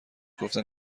گفتن